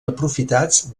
aprofitats